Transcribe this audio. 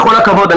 בכל הכבוד,